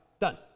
Done